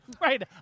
Right